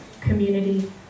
community